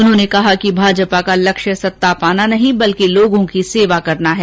उन्होने कहा कि भाजपा का लक्ष्य सत्ता पाना नहीं बल्कि लोगों की सेवा करना है